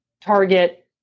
target